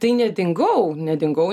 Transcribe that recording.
tai nedingau nedingau